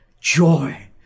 joy